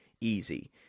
easy